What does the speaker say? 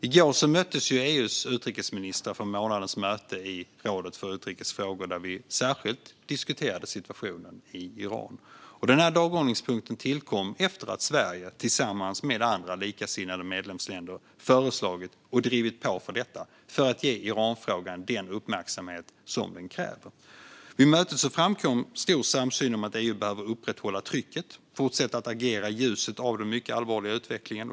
I går möttes EU:s utrikesministrar för månadens möte i rådet för utrikes frågor, där vi särskilt diskuterade situationen i Iran. Denna dagordningspunkt tillkom efter att Sverige, tillsammans med likasinnade medlemsländer, föreslagit och drivit på för att ge Iranfrågan den uppmärksamhet som den kräver. Vid mötet framkom en stor samsyn om att EU behöver upprätthålla trycket och fortsätta att agera i ljuset av den mycket allvarliga utvecklingen.